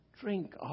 drink